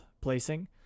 placing